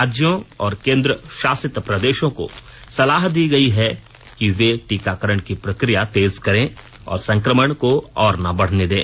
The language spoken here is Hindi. राज्यों और केन्द्र शासित प्रदेशों को सलाह दी गई है कि वे टीकाकरण की प्रक्रिया तेज करें और संक्रमण को और न बढ़ने दें